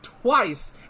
Twice